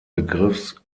begriffs